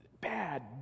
bad